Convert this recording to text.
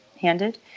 handed